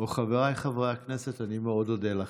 או "חבריי חברי הכנסת" אני מאוד אודה לכם.